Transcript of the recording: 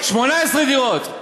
18 דירות.